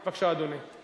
בבקשה, אדוני.